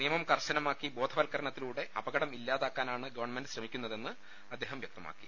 നിയമം കർശനമാക്കി ബോധ വൽക്കരണത്തിലൂടെ അപികടം ഇല്ലാതാക്കാ നാണ് ഗവൺമെന്റ് ശ്രമിക്കുന്നതെന്ന് അദ്ദേഹം പറഞ്ഞു